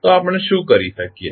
તો આપણે શું કરી શકીએ